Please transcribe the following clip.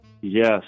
Yes